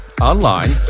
online